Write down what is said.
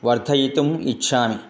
वर्धयितुम् इच्छामि